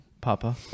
Papa